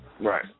right